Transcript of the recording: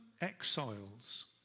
exiles